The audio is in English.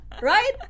Right